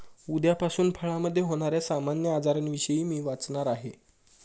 उद्यापासून फळामधे होण्याऱ्या सामान्य आजारांविषयी मी वाचणार आहे